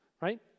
right